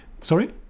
Sorry